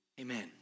Amen